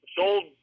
sold